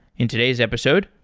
in today's episode,